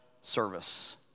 service